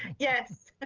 yes.